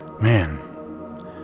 Man